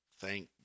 thank